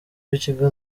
w’ikigo